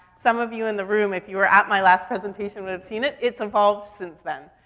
some of you in the room, if you were at my last presentation would have seen it. it's evolved since then.